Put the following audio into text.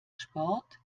sport